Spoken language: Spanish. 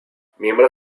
miembro